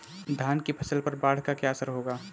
धान की फसल पर बाढ़ का क्या असर होगा?